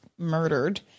murdered